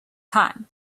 time